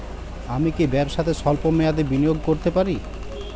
আমি কি ব্যবসাতে স্বল্প মেয়াদি বিনিয়োগ করতে পারি?